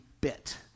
bit